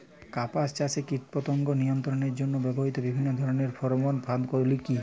কাপাস চাষে কীটপতঙ্গ নিয়ন্ত্রণের জন্য ব্যবহৃত বিভিন্ন ধরণের ফেরোমোন ফাঁদ গুলি কী?